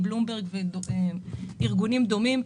בלומברג וארגונים דומים,